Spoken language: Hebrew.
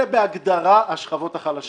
אלה בהגדרה השכבות החלשות.